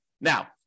Now